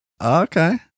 Okay